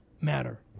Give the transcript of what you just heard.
matter